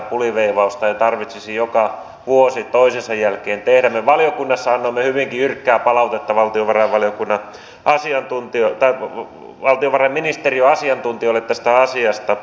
silloin me ehkä paremmin onnistuisimme siinä että saataisiin oikeanlaisia ihmisiä autettua ja sitten siihen täällä kaivattuun työvoimaperäiseen maahanmuuttoon vastauksia